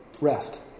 rest